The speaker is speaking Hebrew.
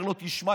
אומר לו: תשמע,